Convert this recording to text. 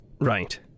Right